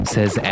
Says